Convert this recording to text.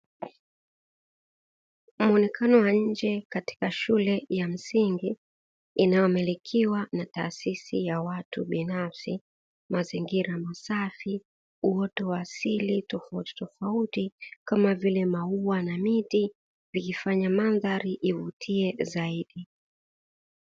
Muonekano wa nje katika shule ya msingi inayomilikiwa na taasisi ya watu binafsi. Mazingira masafi, uoto wa asili tofautitofauti kama vile maua na miti ikifanya mandhari ivutie zaidi.